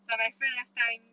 but my friend last time